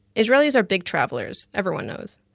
israelis are big travelers, everyone knows,